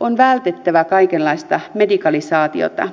on vältettävä kaikenlaista medikalisaatiota